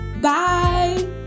Bye